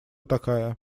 такая